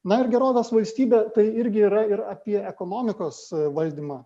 na ir gerovės valstybė tai irgi yra ir apie ekonomikos valdymą